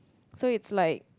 so is like